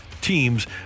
teams